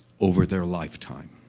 over their lifetime.